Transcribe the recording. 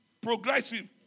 progressive